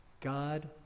God